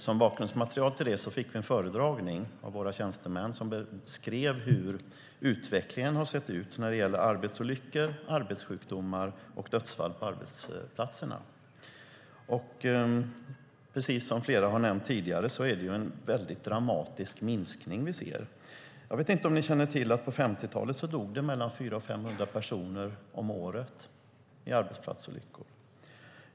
Som bakgrundsmaterial till det fick vi en föredragning av våra tjänstemän som beskrev hur utvecklingen har sett ut när det gäller arbetsolyckor, arbetssjukdomar och dödsfall på arbetsplatsen. Precis som flera har nämnt tidigare är det en dramatisk minskning vi ser. Jag vet inte om ni känner till att det på 50-talet dog mellan 400 och 500 personer om året i arbetsplatsolyckor.